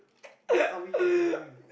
what are we even doing